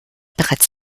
bereits